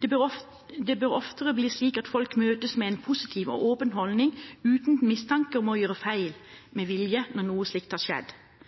Det bør oftere bli slik at folk møtes med en positiv og åpen holdning uten mistanke om at de har gjort feil med vilje når noe slikt har skjedd.